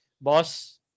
boss